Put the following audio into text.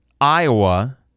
Iowa